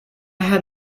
had